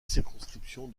circonscription